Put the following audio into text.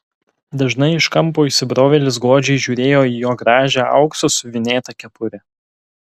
dažnai iš kampo įsibrovėlis godžiai žiūrėjo į jo gražią auksu siuvinėtą kepurę